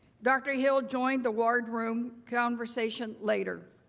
dr hill joined the ward room conversation later.